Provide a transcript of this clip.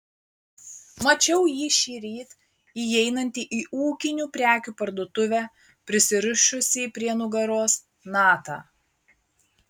mačiau jį šįryt įeinantį į ūkinių prekių parduotuvę prisirišusį prie nugaros natą